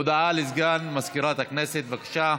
הודעה לסגן מזכירת הכנסת, בבקשה.